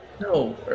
No